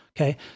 Okay